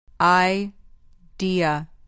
Idea